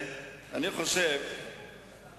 גם עושים את זה בדרך גסה,